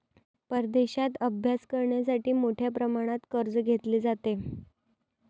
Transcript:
परदेशात अभ्यास करण्यासाठी मोठ्या प्रमाणात कर्ज घेतले जाते